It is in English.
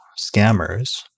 scammers